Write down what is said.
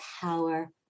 power